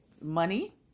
money